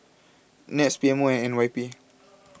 NETS P M O and N Y P